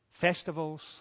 Festivals